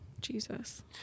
Jesus